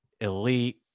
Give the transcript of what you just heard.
elite